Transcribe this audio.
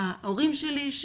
ההורים שלי,